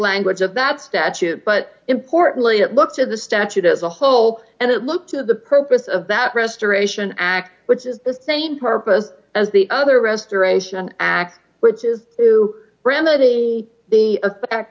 language of that statute but importantly it looks at the statute as a whole and it looked to the purpose of that restoration act which is the same purpose as the other restoration act which is to remedy the effect